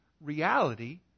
reality